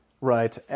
Right